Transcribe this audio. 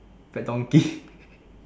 fat donkey